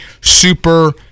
super